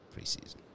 preseason